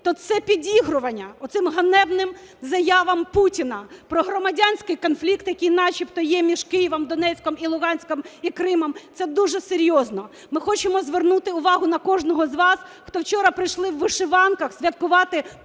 то це підігрування оцим ганебним заявам Путіна про громадянський конфлікт, який начебто є між Києвом, Донецьком, і Луганськом, і Кримом, це дуже серйозно. Ми хочемо звернути увагу на кожного з вас, хто вчора прийшли у вишиванках святкувати 1000